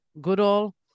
goodall